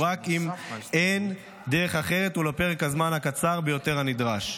רק אם אין דרך אחרת ולפרק הזמן הקצר ביותר הנדרש.